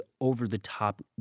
over-the-top